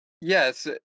yes